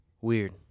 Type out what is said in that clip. Weird